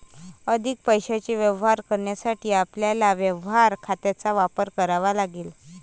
अधिक पैशाचे व्यवहार करण्यासाठी आपल्याला व्यवहार खात्यांचा वापर करावा लागेल